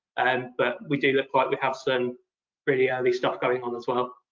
and but we do look like we have some pretty early stuff going on as well.